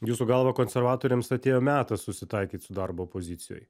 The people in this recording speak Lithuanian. jūsų galva konservatoriams atėjo metas susitaikyt su darbu opozicijoj